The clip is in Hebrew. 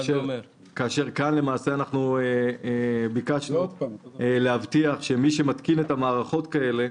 כאן למעשה ביקשנו להבטיח שמי שמתקין את המערכות האלה,